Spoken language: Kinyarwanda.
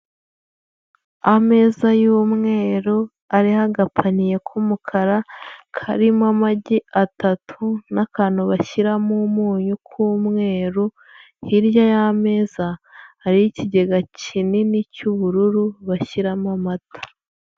Ameza y'umweru ariho agapaniye k'umukara, karimo amagi atatu n'akantu bashyiramo umunyu k'umweru, hirya y'ameza hariho ikigega kinini cy'ubururu bashyiramo amata.